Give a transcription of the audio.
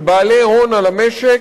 של בעלי הון על המשק,